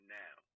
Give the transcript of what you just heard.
now